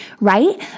right